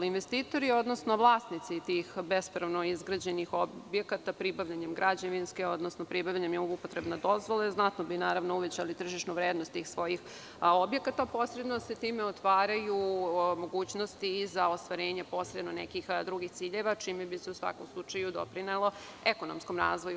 Investitori, odnosno vlasnici tih bespravno izgrađenih objekata, pribavljanjem građevinske, odnosno pribavljanjem upotrebne dozvole, znatno bi uvećali tržišnu vrednost tih svojih objekata, a posredno se time otvaraju mogućnosti i za ostvarenje drugih ciljeva, čime bi se u svakom slučaju doprinelo ekonomskom razvoju.